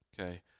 okay